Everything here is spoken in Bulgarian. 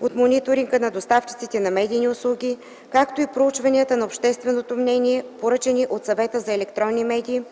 от мониторинга на доставчиците на медийни услуги, както и проучванията на общественото мнение, поръчани от Съвета за електронни медии,